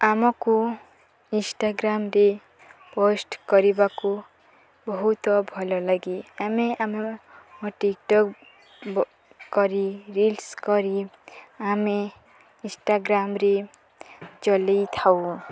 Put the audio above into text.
ଆମକୁ ଇନ୍ଷ୍ଟାଗ୍ରାମ୍ରେ ପୋଷ୍ଟ କରିବାକୁ ବହୁତ ଭଲଲାଗେ ଆମେ ଆମ ଟିକ୍ଟକ୍ କରି ରିଲ୍ସ କରି ଆମେ ଇନ୍ଷ୍ଟାଗ୍ରାମ୍ରେ ଚଲେଇଥାଉ